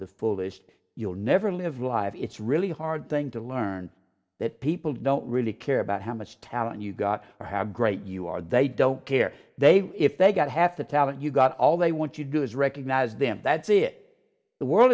the fullest you'll never live live it's really hard thing to learn that people don't really care about how much talent you got or have great you are they don't care they if they got half the talent you've got all they want you do is recognize them that's it the world